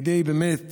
כדי באמת